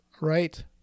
right